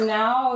now